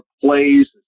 plays